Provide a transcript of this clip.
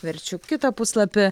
verčiu kitą puslapį